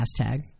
hashtag